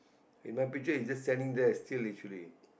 in my picture he is just standing there still literally